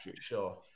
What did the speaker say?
Sure